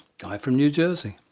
guy from new jersey.